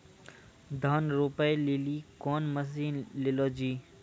धान रोपे लिली कौन मसीन ले लो जी?